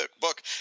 book